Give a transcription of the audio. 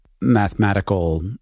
mathematical